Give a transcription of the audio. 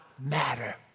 matter